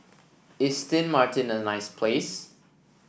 is Sint Maarten a nice place